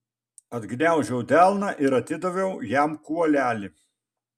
atgniaužiau delną ir atidaviau jam kuolelį